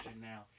now